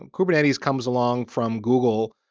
and kubernetes comes along from google.